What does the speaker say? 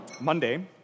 Monday